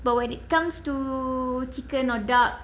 but when it comes to chicken or duck